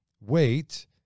Wait